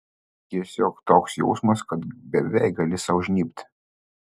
tiesiog toks jausmas kad beveik gali sau žnybt